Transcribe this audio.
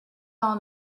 all